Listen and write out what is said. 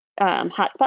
hotspot